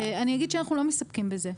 אני אגיד שאנחנו לא מסתפקים בזה.